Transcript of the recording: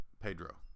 Pedro